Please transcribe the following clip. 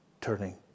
turning